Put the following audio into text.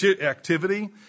activity